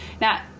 Now